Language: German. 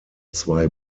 zwei